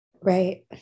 Right